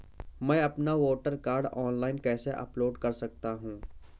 मैं अपना voter card online कैसे अपलोड कर सकता हूँ?